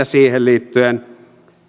siihen liittyen